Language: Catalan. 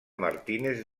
martínez